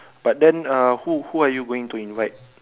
but then uh who who are you going to invite